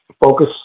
focus